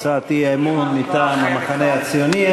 שהציג הצעת אי-אמון מטעם המחנה הציוני.